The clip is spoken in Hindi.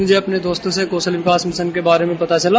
मुझे अपने दोस्तों से कौशल विकास मिशन के बारे में पता चला